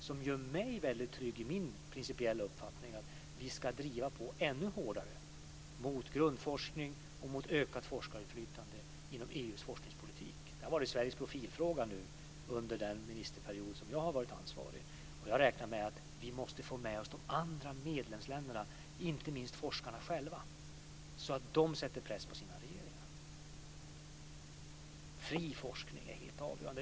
Det gör mig väldigt trygg i min principiella uppfattning att vi ska driva på ännu hårdare mot grundforskning och mot ökat forskarinflytande inom EU:s forskningspolitik. Det har varit Sveriges profilfråga under den ministerperiod som jag har varit ansvarig. Jag räknar med att vi måste få med oss de andra medlemsländerna, inte minst forskarna själva så att de sätter press på sina regeringar. Fri forskning är helt avgörande.